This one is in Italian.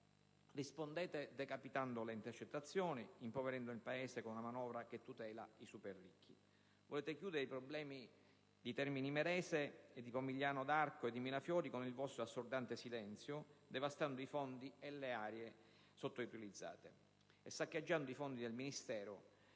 rispondete decapitando le intercettazioni e impoverendo il Paese con una manovra che tutela i super ricchi. Volete chiudere i problemi di Termini Imerese, di Pomigliano d'Arco e di Mirafiori con il vostro assordante silenzio devastando i fondi per le aree sottoutilizzate e saccheggiando i fondi del Ministero